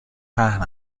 پهن